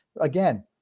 Again